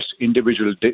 individual